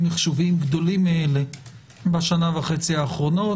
מחשוביים גדולים מאלה בשנה וחצי האחרונות.